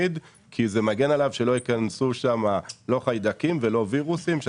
שמגן על השום מפני כניסת חיידקים ווירוסים.